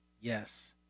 yes